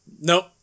Nope